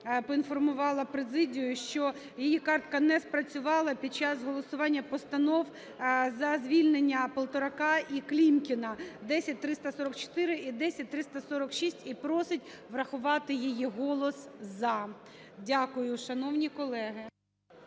поінформувала президію, що її картка не спрацювала під час голосування постанов за звільненняПолторака і Клімкіна (10344 і 10346). І просить врахувати її голос "за". Дякую, шановні колеги.